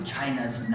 China's